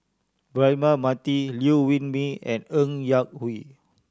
Braema Mathi Liew Wee Mee and Ng Yak Whee